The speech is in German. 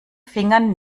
fingern